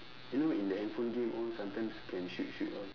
you know in the handphone game all sometimes can shoot shoot all